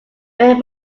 when